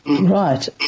Right